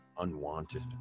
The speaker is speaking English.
unwanted